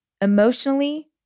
emotionally